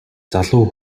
залуу